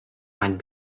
might